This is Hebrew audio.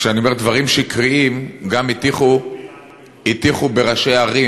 כשאני אומר דברים שקריים, גם הטיחו בראשי ערים.